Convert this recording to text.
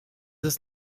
ist